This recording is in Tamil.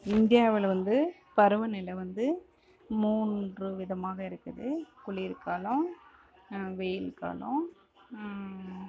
இந்தியாவில் வந்து பருவநிலை வந்து மூன்று விதமாக இருக்குது குளிர்காலம் வெயில் காலம்